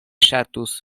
ŝatus